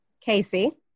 Casey